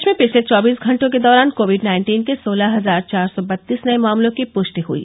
देश में पिछले चौबीस घंटों के दौरान कोविड नाइन्टीन के सोलह हजार चार सौ वत्तीस नये मामलों की पुष्टि हुई